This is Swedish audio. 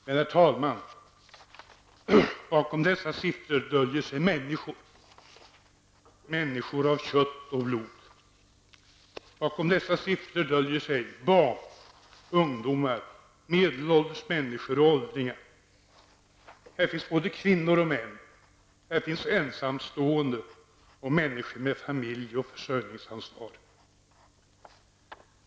Men, herr talman, bakom dessa siffror döljer sig människor av kött och blod: barn, ungdomar, medelålders människor och åldringar. Här finns både kvinnor och män, ensamstående och människor med familj och försörjningsansvar.